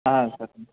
సరే